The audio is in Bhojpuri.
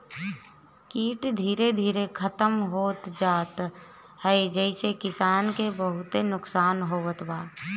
कीट धीरे धीरे खतम होत जात ह जेसे किसान के बहुते नुकसान होत बा